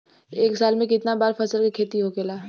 एक साल में कितना बार फसल के खेती होखेला?